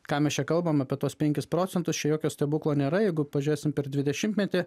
ką mes čia kalbam apie tuos penkis procentus čia jokio stebuklo nėra jeigu pažiūrėsim per dvidešimtmetį